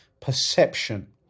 perception